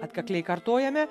atkakliai kartojame